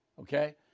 okay